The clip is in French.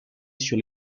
sur